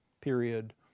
period